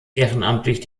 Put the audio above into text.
ehrenamtlich